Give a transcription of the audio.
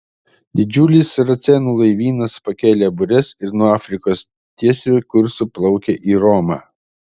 didžiulis saracėnų laivynas pakėlė bures ir nuo afrikos tiesiu kursu plaukia į romą